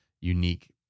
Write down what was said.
unique